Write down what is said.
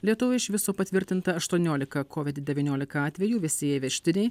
lietuvoj iš viso patvirtinta aštuoniolika covid devyniolika atvejų visi jie įvežtiniai